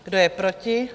Kdo je proti?